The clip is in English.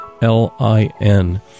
L-I-N